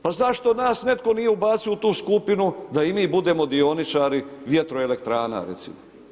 Pa zašto nas netko nije ubacio u tu skupinu da i mi budemo dioničari vjetroelektrana recimo?